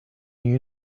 you